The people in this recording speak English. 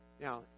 Now